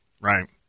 Right